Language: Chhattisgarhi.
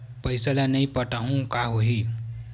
पईसा ल नई पटाहूँ का होही?